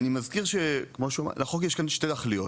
אני מזכיר כמו שהוא אמר שלחוק יש שתי תכליות,